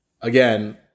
again